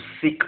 seek